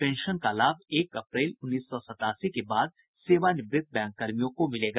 pension का लाभ एक अप्रैल उन्नीस सौ सत्तासी के बाद सेवानिवृत बैंक कर्मियों को मिलेगा